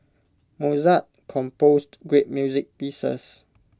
Mozart composed great music pieces